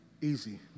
easy